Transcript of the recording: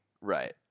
Right